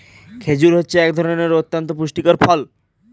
খেজুর হচ্ছে এক ধরনের অতন্ত পুষ্টিকর ফল